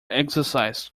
exercise